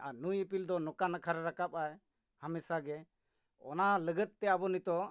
ᱟᱨ ᱱᱩᱭ ᱤᱯᱤᱞ ᱫᱚ ᱱᱚᱝᱠᱟ ᱱᱟᱠᱷᱟ ᱨᱮ ᱨᱟᱠᱟᱵ ᱟᱭ ᱦᱟᱢᱮᱥᱟᱜᱮ ᱚᱱᱟ ᱞᱟᱹᱜᱤᱫ ᱛᱮ ᱟᱵᱚ ᱱᱤᱛᱚᱜ